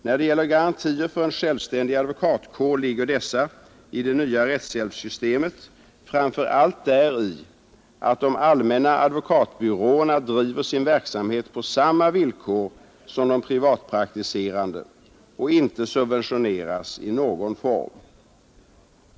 När det gäller garantier för en självständig advokatkår ligger dessa i det nya rättshjälpssystemet framför allt däri att de allmänna advokatbyråerna driver sin verksamhet på samma villkor som de privatpraktiserande och inte subventioneras i någon form.